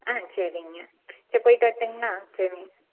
ஆ சரிங்க சரி போயிவிட்டு வர்ட்டுங்களா சரிங்க